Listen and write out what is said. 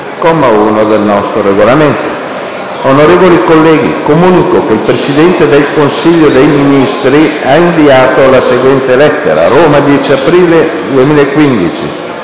Onorevoli colleghi, comunico che il Presidente del Consiglio dei ministri ha inviato la seguente lettera: «Roma, 10 aprile 2015